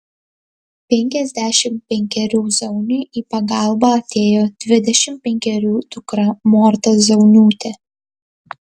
penkiasdešimt penkerių zauniui į pagalbą atėjo dvidešimt penkerių dukra morta zauniūtė